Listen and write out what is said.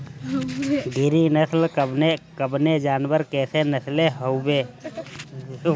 गिरी नश्ल कवने जानवर के नस्ल हयुवे?